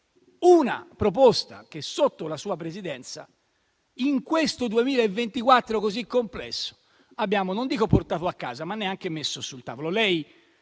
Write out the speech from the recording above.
una proposta che, sotto la sua Presidenza, in questo 2024 così complesso, abbiamo non dico portato a casa, ma neanche messo sul tavolo.